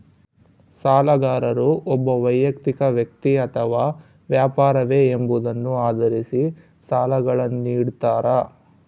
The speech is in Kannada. ಸಾಲಗಾರರು ಒಬ್ಬ ವೈಯಕ್ತಿಕ ವ್ಯಕ್ತಿ ಅಥವಾ ವ್ಯಾಪಾರವೇ ಎಂಬುದನ್ನು ಆಧರಿಸಿ ಸಾಲಗಳನ್ನುನಿಡ್ತಾರ